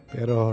Pero